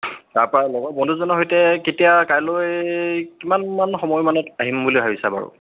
তাৰপৰা লগৰ বন্ধুজনৰ সৈতে কেতিয়া কাইলৈ কিমানমান সময়মানত আহিম বুলি ভাবিছা বাৰু